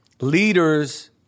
leaders